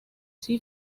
sin